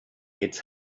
it’s